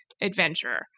adventure